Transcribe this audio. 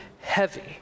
heavy